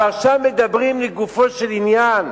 אבל עכשיו מדברים לגופו של עניין,